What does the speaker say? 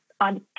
on